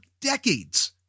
decades